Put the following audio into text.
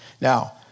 Now